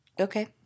Okay